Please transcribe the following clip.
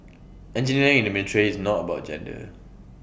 engineering in the military is not about gender